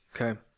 okay